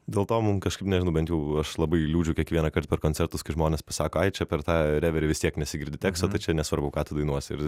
dėl to mum kažkaip nežinau bent jau aš labai liūdžiu kiekvienąkart per koncertus kai žmonės pasako ai čia per tą reverį vis tiek nesigirdi teksto tai čia nesvarbu kad tu dainuosi ir